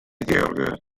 georg